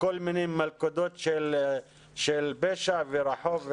בכל מיני מלכודות של פשע, רחוב.